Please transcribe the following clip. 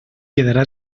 quedarà